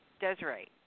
Desiree